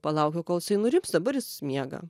palaukiu kol jisai nurims dabar jis miega